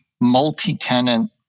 multi-tenant